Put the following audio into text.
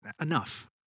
enough